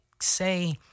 say